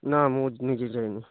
ନା ମୁଁ ନିଜେ ଯାଇନି